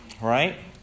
Right